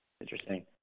Interesting